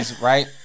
Right